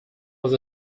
was